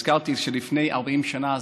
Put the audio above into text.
הזכרתי שלפני 40 שנה,